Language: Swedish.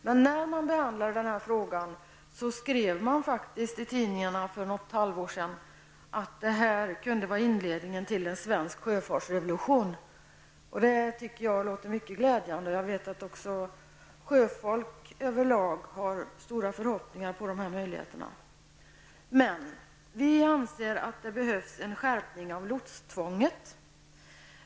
Men när denna fråga behandlades för något halvår sedan skrev man faktiskt i tidningarna att detta kunde vara inledningen till en svensk sjöfartsrevolution. Det tycker jag låter mycket glädjande. Jag vet att även sjöfolk över lag har stora förhoppningar när det gäller dessa möjligheter. Vi anser emellertid att det behövs en skärpning av lotstvånget.